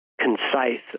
concise